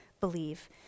believe